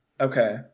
Okay